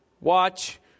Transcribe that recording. Watch